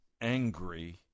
angry